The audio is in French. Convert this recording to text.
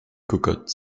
cocotte